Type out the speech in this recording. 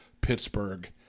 Pittsburgh